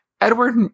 Edward